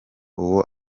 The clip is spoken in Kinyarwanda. uwo